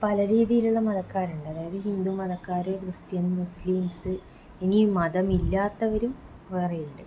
പല രീതിയിലുള്ള മതക്കാർ ഉണ്ട് അതായത് ഹിന്ദു മതക്കാർ ക്രിസ്ത്യന് മുസ്ലീംസ് ഇനി മതം ഇല്ലാത്തവരും വേറെയുണ്ട്